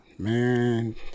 Man